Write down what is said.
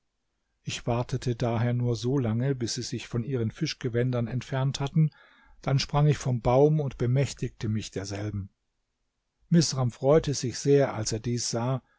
ich wartete daher nur so lange bis sie sich von ihren fischgewändern entfernt hatten dann sprang ich vom baum und bemächtigte mich derselben misram freute sich sehr als er dies sah